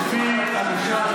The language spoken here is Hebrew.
בבקשה,